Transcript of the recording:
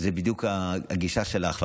וזו בדיוק הגישה שלך.